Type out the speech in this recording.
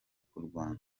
kurwana